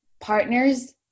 partners